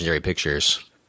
Pictures